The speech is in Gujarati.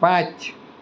પાંચ